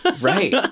right